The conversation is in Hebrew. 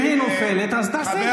אם היא נופלת, תעשה את זה אתה.